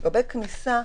לגבי כניסה,